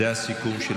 זה הסיכום,